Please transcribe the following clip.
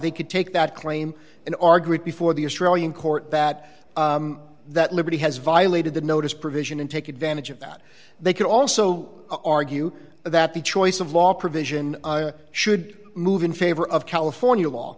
they could take that claim in our group before the australian court that that liberty has violated the notice provision and take advantage of that they could also argue that the choice of law provision should move in favor of california law